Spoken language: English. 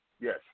yes